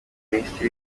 minisitiri